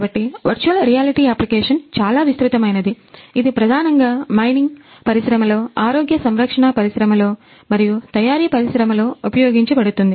కాబట్టి virtual reality application చాలా విస్తృతమైనది ఇది ప్రధానంగా మైనింగ్ పరిశ్రమలో ఆరోగ్య సంరక్షణ పరిశ్రమ లో మరియు తయారీ పరిశ్రమ లో ఉపయోగించబడుతుంది